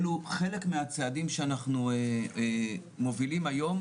אלו חלק מהצעדים שאנחנו מובילים היום,